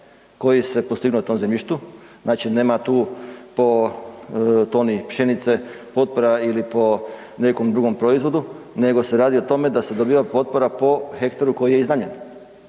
koji se postignu na tom zemljištu, znači nema tu po toni pšenice potpora ili po nekom drugom proizvodu, nego se radi o tome da se dobiva potpora po hektaru koji je iznajmljen.